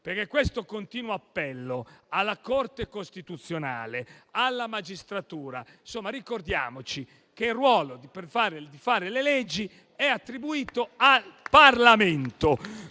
rispetto al continuo appello alla Corte costituzionale e alla magistratura, Ricordiamoci che il ruolo di fare le leggi è attribuito al Parlamento.